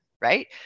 right